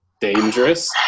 dangerous